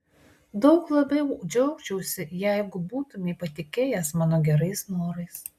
daug labiau džiaugčiausi jeigu būtumei patikėjęs mano gerais norais